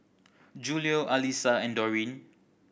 Julio Alissa and Dorene